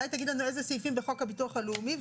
אולי תגיד לנו איזה סעיפים בחוק הביטוח הלאומי,